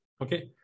okay